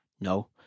No